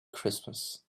christmas